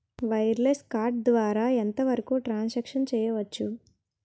Wireless card ద్వారా ఎంత వరకు ట్రాన్ సాంక్షన్ చేయవచ్చు?